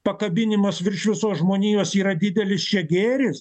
pakabinimas virš visos žmonijos yra didelis čia gėris